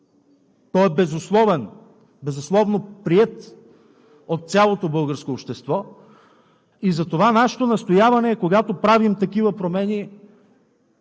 – безусловно приет от цялото българско общество. Затова нашето настояване е, когато правим такива промени,